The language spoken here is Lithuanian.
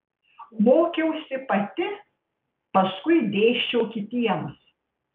mokiausi pati paskui dėsčiau kitiems